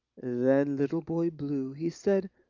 then little boy blue, he said,